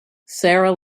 sarah